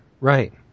Right